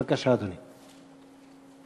בבקשה, אדוני.